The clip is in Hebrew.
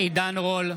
עידן רול,